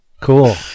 Cool